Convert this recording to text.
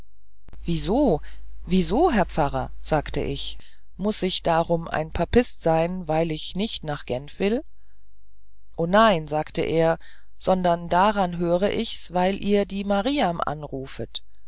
wie so herr pfarrer sagte ich muß ich darum ein papist sein weil ich nicht nach genf will o nein sagte er sondern daran höre ichs weil ihr die mariam anrufet